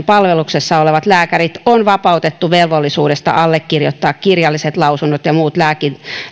palveluksessa olevat lääkärit on vapautettu velvollisuudesta allekirjoittaa kirjalliset lausunnot ja muut